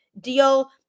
deal